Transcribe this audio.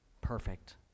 perfect